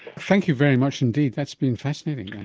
thank you very much indeed, that's been fascinating.